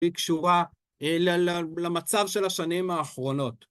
והיא קשורה למצב של השנים האחרונות.